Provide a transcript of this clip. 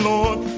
Lord